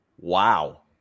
wow